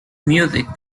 music